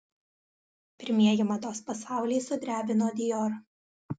pirmieji mados pasaulį sudrebino dior